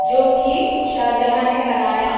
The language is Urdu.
جو کہ شاہجہاں نے بنایا